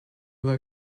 were